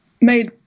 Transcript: made